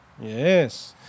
Yes